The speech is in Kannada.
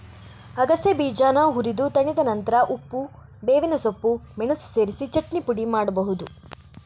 ಅಗಸೆ ಬೀಜಾನ ಹುರಿದು ತಣಿದ ನಂತ್ರ ಉಪ್ಪು, ಬೇವಿನ ಸೊಪ್ಪು, ಮೆಣಸು ಸೇರಿಸಿ ಚಟ್ನಿ ಪುಡಿ ಮಾಡ್ಬಹುದು